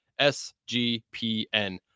SGPN